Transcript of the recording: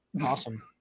Awesome